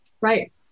Right